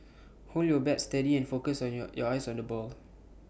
hold your bat steady and focus on your your eyes on the ball